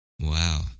Wow